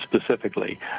specifically